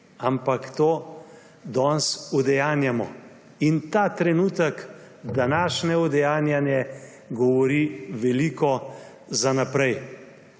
ampak to danes udejanjamo. In ta trenutek, današnje udejanjanje govori veliko za naprej.